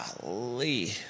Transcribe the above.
golly